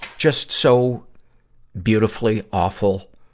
just so beautifully awful,